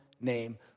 name